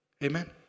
Amen